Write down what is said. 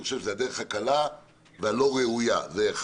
אני חושב שזאת הדרך הקלה והלא ראויה.